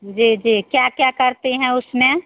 जी जी क्या क्या करते हैं उसमें